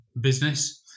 business